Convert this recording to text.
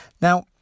Now